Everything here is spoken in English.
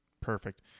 perfect